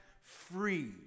free